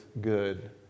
good